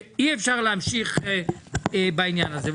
ואי-אפשר להמשיך בעניין הזה.